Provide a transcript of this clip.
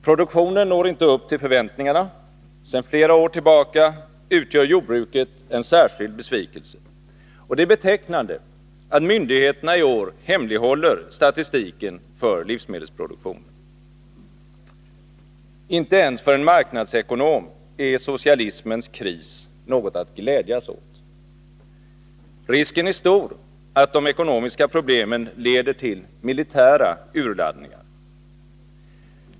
Produktionen når inte upp till förväntningarna. Sedan flera år tillbaka utgör jordbruket en särskild besvikelse. Det är betecknande att myndigheterna i år hemlighåller statistiken för livsmedelsproduktionen. Inte ens för en marknadsekonom är socialismens kris något att glädjas åt. Risken är stor att de ekonomiska problemen leder till militära urladdningar.